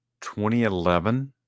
2011